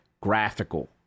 graphical